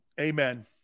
Amen